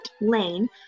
lane